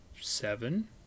seven